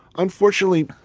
unfortunately,